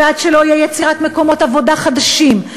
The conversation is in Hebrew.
ועד שלא תהיה יצירת מקומות עבודה חדשים,